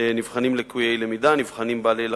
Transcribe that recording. נבחנים לקויי למידה, נבחנים בעלי לקויות,